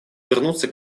вернуться